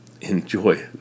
enjoy